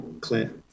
clear